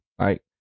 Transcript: right